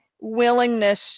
willingness